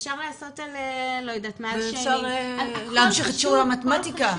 לא יודעת מה --- ואפשר להמשיך את שיעור המתמטיקה.